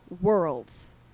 worlds